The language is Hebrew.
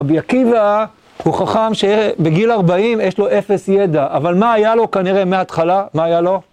רבי עקיבא הוא חכם שבגיל 40 יש לו אפס ידע, אבל מה היה לו כנראה מההתחלה? מה היה לו?